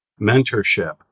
mentorship